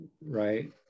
right